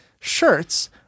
shirts